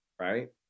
right